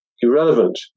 irrelevant